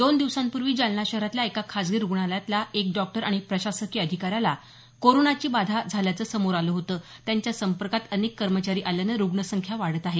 दोन दिवसांपूर्वी जालना शहरातल्या एका खासगी रूग्णालयातल्या एक डॉक्टर आणि प्रशासकीय अधिकाऱ्याला कोरोनाची बाधा झाल्याचं समोर आलं होतं त्यांच्या संपर्कात अनेक कर्मचारी आल्याने रुग्ण संख्या वाढत आहे